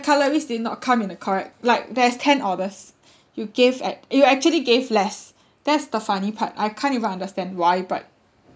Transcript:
cutleries did not come in the correct like there's ten orders you gave at you actually gave less that's the funny part I can't even understand why but